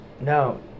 no